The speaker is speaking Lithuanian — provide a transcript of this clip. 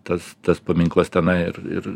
tas tas paminklas tenai ir ir